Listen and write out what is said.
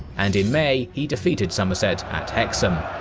and in may he defeated somerset at hexham.